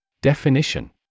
Definition